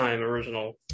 original